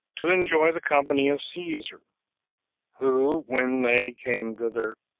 to enjoy the company of caesar who, when they came thither,